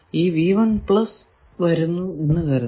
ഈ വരുന്നു എന്ന് കരുതുക